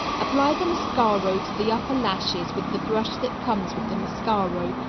apply the mascaro to the upper lashes with the brush that comes with the mascaro,